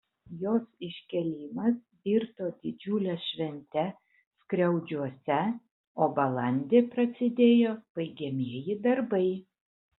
jos iškėlimas virto didžiule švente skriaudžiuose o balandį prasidėjo baigiamieji darbai